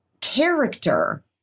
character